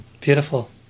Beautiful